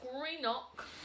Greenock